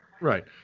Right